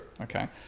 okay